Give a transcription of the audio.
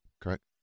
Correct